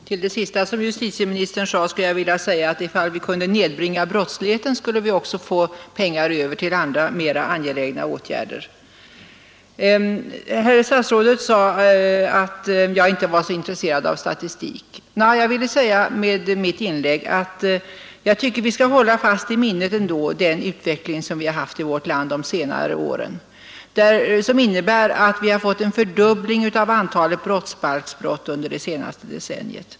Fru talman! Mot det sista som justitieministern sade skulle jag vilja invända, att om vi kunde nedbringa brottsligheten, skulle vi också få pengar över till andra, mera angelägna åtgärder. Herr statsrådet sade att jag inte var intresserad av statistik. Jag ville säga med mitt inlägg att jag ändå tycker vi skall hålla i minnet den utveckling som vi har haft i vårt land, som innebär att antalet brottsbalksbrott fördubblats under det senaste decenniet.